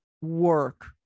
work